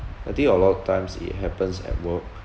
I think a lot of times it happens at work